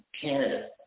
Canada